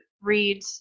read